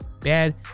Bad